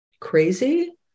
crazy